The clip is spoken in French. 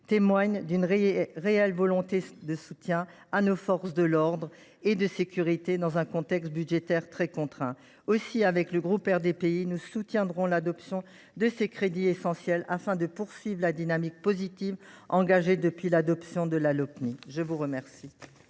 témoigne d’une réelle volonté de soutien à nos forces de l’ordre et de sécurité, dans un contexte budgétaire très contraint. Aussi le groupe RDPI soutiendra t il l’adoption de ces crédits essentiels, afin de conserver la dynamique positive engagée depuis l’adoption de la Lopmi. La parole